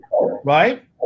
Right